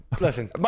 listen